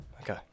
Okay